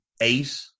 eight